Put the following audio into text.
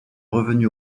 revenu